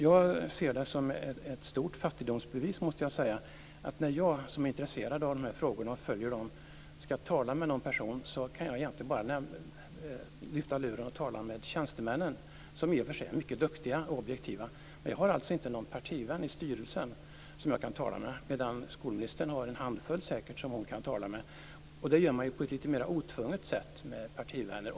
Jag ser det som ett stort fattigdomsbevis att när jag som är intresserad och följer med i dessa frågor endast kan tala med tjänstemännen, som i och för sig är duktiga och objektiva, men inte kan tala med någon partivän i styrelsen. Skolministern har säkert en handfull partivänner som hon kan tala med. Man talar lite mer otvunget med partivänner.